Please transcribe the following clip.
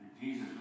Jesus